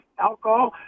alcohol